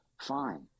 fine